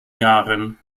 jahren